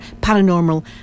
paranormal